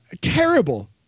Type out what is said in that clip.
Terrible